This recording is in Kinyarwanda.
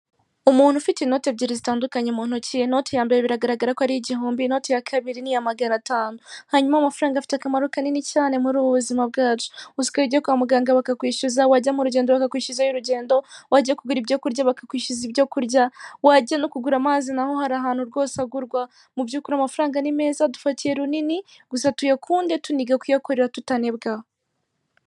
Umuntu ufite inoti ebyiri zitandukanye mu ntoki, inoti ya mbere biragaragara ko ari iy'igihumbi, inoti ya kabiri ni iya magana atanu. Hanyuma amafaranga afite akamaro kanini cyane muri ubu buzima bwacu. Usigaye ujya kwa muganga bakakwishyuza, wajya mu rugendo bakakwishyuza ay'urugendo, wajya kugura ibyo kurya bakakwishyuza ibyo kurya, wajya no kugura amazi na ho hari ahantu rwose agurwa, mu by'ukuri amafaranga ni meza adufatiye runini, gusa tuyakunde tuniga kuyakorera tutanebwa.